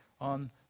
on